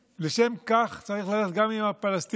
לשם כך צריך ללכת גם עם הפלסטינים,